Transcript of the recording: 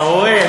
אתה רואה,